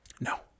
No